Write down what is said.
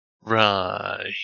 right